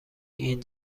این